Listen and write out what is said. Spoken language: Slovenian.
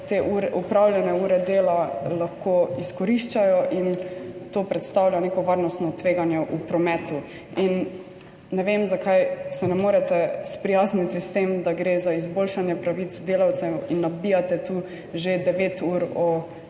te opravljene ure dela lahko izkoriščajo in to predstavlja neko varnostno tveganje v prometu. Ne vem, zakaj se ne morete sprijazniti s tem, da gre za izboljšanje pravic delavcev in nabijate tu že devet ur o